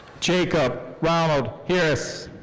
jacob ronald hiris.